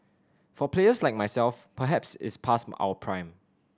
for players like myself perhaps it's past our prime